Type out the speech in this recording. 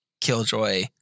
Killjoy